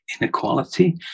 inequality